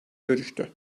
görüştü